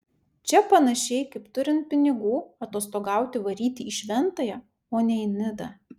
čia panašiai kaip turint pinigų atostogauti varyti į šventąją o ne į nidą